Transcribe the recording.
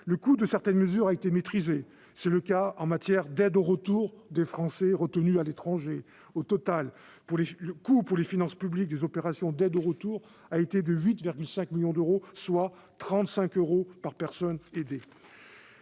Le coût de certaines mesures a été maîtrisé. C'est le cas de l'aide au retour des Français retenus à l'étranger. Au total, le montant des opérations d'aide au retour a été de 8,5 millions d'euros, soit trente-cinq euros par personne aidée.